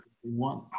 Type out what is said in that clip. one